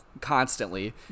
constantly